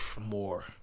More